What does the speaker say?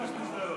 ממש ביזיון.